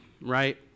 right